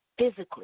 physically